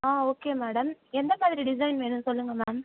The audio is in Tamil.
ஆ ஓகே மேடம் எந்த மாதிரி டிசைன் வேணும்ன்னு சொல்லுங்கள் மேம்